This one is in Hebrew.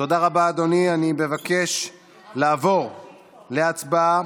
אני מבקש לעבור להצבעה.